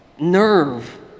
nerve